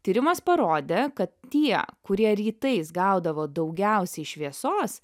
tyrimas parodė kad tie kurie rytais gaudavo daugiausiai šviesos